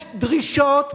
יש דרישות מוסריות,